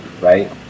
right